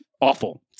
Awful